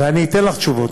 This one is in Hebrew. ואני אתן לך תשובות,